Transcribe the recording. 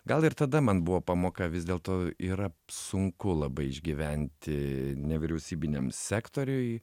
gal ir tada man buvo pamoka vis dėlto yra sunku labai išgyventi nevyriausybiniam sektoriui